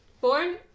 born